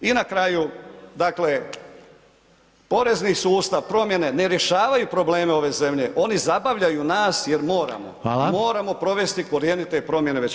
I na kraju, dakle, porezni sustav, promjene ne rješavaju ove zemlje, oni zabavljaju nas jer moramo [[Upadica Reiner: Hvala.]] moramo provesti korijenite promjene već